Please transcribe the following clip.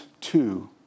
two